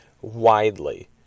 widely